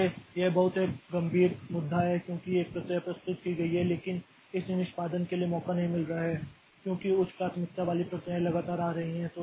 इसलिए यह एक बहुत गंभीर मुद्दा है क्योंकि एक प्रक्रिया प्रस्तुत की गई है लेकिन इसे निष्पादन के लिए मौका नहीं मिल रहा है क्योंकि उच्च प्राथमिकता वाली प्रक्रियाएं लगातार आ रही हैं